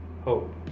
hope